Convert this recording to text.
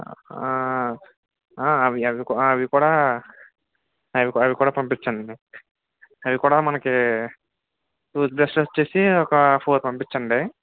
అవి అవి అవి కూడా అవికు అవి కూడా పంపించండి అవి కూడా మనకు టూత్ బ్రష్ వచ్చి ఒక ఫోర్ పంపించండి